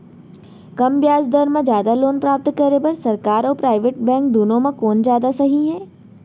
कम ब्याज दर मा जादा लोन प्राप्त करे बर, सरकारी अऊ प्राइवेट बैंक दुनो मा कोन जादा सही हे?